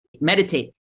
meditate